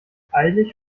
eilig